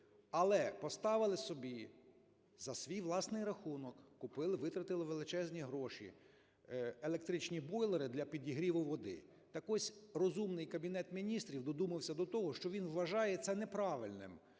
але поставили собі за свій власний рахунок, купили, витратили величезні гроші, електричні бойлери для підігріву води. Так ось, розумний Кабінет Міністрів додумався до того, що він вважає це неправильним.